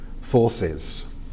forces